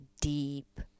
deep